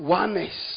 oneness